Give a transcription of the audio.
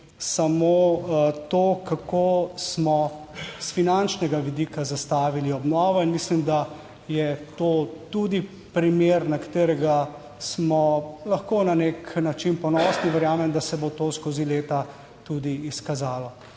samo to, kako smo s finančnega vidika zastavili obnovo in mislim, da je to tudi primer, na katerega smo lahko na nek način ponosni in verjamem, da se bo to skozi leta tudi izkazalo.